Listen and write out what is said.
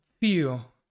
feel